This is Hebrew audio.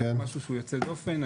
זה משהו שהוא יוצא דופן.